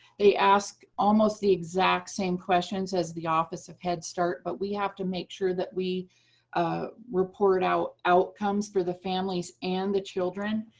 they ask almost the exact same questions as the office of head start, but we have to make sure that we ah report outcomes for the families and the children.